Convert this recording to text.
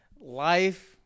life